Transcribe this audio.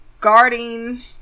guarding